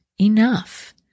enough